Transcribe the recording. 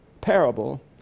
parable